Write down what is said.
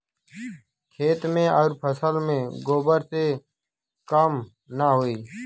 खेत मे अउर फसल मे गोबर से कम ना होई?